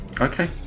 Okay